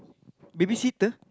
babysitter